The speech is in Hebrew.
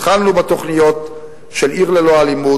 התחלנו בתוכניות של "עיר ללא אלימות",